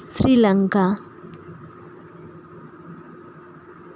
Sri Lanka